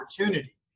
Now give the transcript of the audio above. opportunity